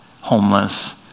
homeless